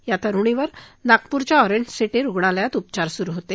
या तरुणीवर नागपूरच्या ऑरेंज सीटी रुग्णालयात उपचार सुरु होते